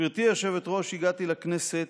גברתי היושבת-ראש, הגעתי לכנסת